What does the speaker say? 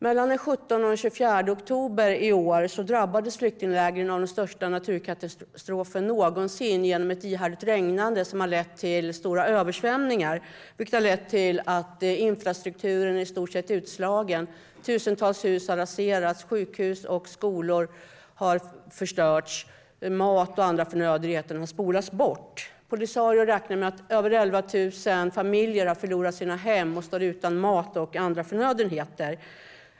Mellan den 17 och den 24 oktober i år drabbades flyktinglägren av den största naturkatastrofen någonsin genom ett ihärdigt regnande som ledde till stora översvämningar. Infrastrukturen är i stort sett utslagen, tusentals hus har raserats, sjukhus och skolor har förstörts samt mat och andra förnödenheter har spolats bort. Polisario räknar med att över 11 000 familjer har förlorat sina hem och står utan mat och andra förnödenheter.